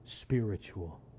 spiritual